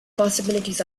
possibilities